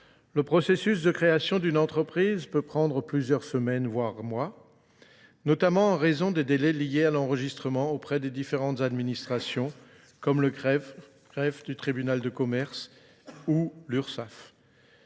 Le processus de création d'une entreprise peut prendre plusieurs semaines, voire mois. notamment en raison des délais liés à l'enregistrement auprès des différentes administrations comme le crève du tribunal de commerce ou l'URSAF.